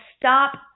stop